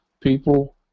people